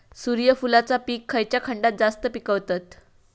सूर्यफूलाचा पीक खयच्या खंडात जास्त पिकवतत?